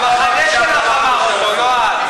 המחנה שלך אמר את זה, לא את.